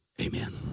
Amen